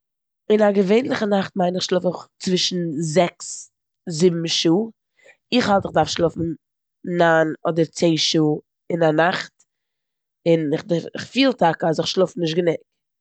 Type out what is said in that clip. אין א געווענטליכע נאכט מיין איך שלאף איך צווישן זעקס- זיבן שעה. איך האלט איך דארף שלאפן ניין אדער צען שעה אין א נאכט און כדער- כ'פיל טאקע אז איך שלאף נישט גענוג.